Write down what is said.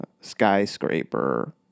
skyscraper